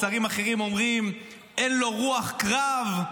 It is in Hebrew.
שרים אחרים אומרים: אין לו רוח קרב.